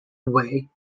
away